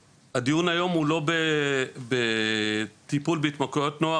הדיון היום הוא לא בטיפול בהתמכרויות נוער,